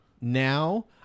now